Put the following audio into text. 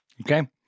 Okay